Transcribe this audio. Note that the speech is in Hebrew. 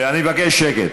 אני מבקש שקט.